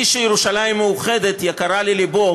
מי שירושלים מאוחדת יקרה ללבו,